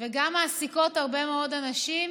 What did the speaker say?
וגם מעסיקות הרבה מאוד אנשים,